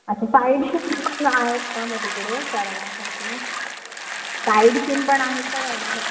अच्छा sightseeing पण आहेत का मग तिकडे करण्यासारखे साईड सीन पण आहेत का करण्यासारखे